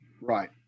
Right